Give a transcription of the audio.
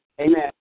Amen